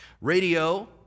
Radio